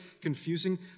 confusing